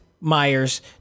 Myers